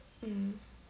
mm